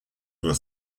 were